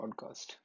podcast